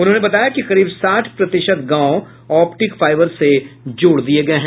उन्होंने बताया कि करीब साठ प्रतिशत गांव ऑप्टिक फाइबर से जोड़ दिये गये हैं